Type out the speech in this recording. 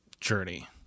journey